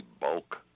bulk